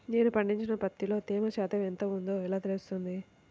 నేను పండించిన పత్తిలో తేమ శాతం ఎంత ఉందో ఎలా తెలుస్తుంది?